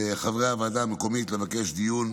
של חברי הוועדה המקומית לבקש דיון